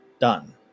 done